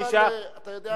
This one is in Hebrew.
אבל אתה יודע מה,